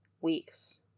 weeks